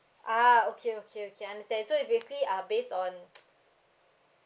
ah okay okay okay understand so it's basically are based on